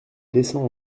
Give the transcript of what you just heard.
descend